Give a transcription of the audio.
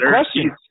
question